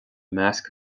measc